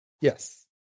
Yes